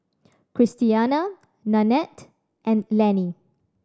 Christiana Nannette and Lannie